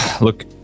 Look